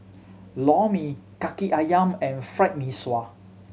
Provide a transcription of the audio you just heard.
Lor Mee Kaki Ayam and Fried Mee Sua